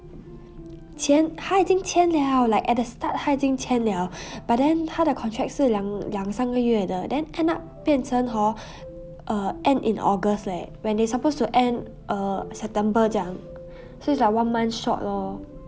签他已经签了 like at the start 他已经签了 but then 他的 contract 是两两三个月的 then end up 变成 hor err end in august leh when they supposed to end err september 这样 so it's like one month short lor